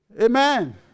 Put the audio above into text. Amen